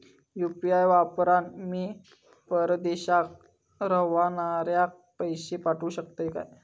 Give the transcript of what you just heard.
UPI वापरान मी परदेशाक रव्हनाऱ्याक पैशे पाठवु शकतय काय?